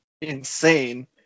insane